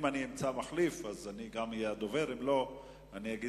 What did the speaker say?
אם אמצא מחליף אז גם אני אדבר,